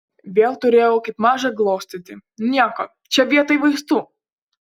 vėl turėjau kaip mažą glostyti nieko čia vietoj vaistų